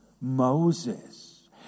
Moses